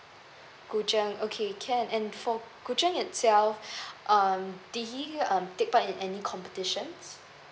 okay can and for itself um did he um take part in any competitions